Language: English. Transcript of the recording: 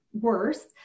worse